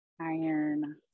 Iron